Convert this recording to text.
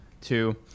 two